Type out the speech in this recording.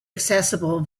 accessible